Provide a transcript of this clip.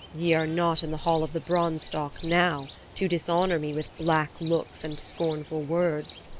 ye are not in the hall of the branstock now, to dishonor me with black looks and scornful words,